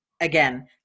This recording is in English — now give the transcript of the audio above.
Again